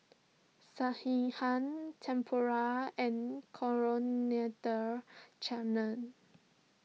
Sekihan Tempura and Coriander Chutney